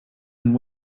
and